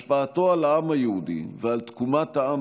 השפעתו על העם היהודי ועל תקומת העם